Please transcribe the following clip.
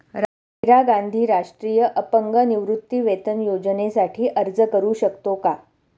इंदिरा गांधी राष्ट्रीय अपंग निवृत्तीवेतन योजनेसाठी अर्ज करू शकतो का?